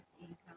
income